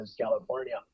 california